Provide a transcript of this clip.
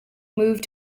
moved